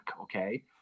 okay